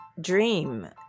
dream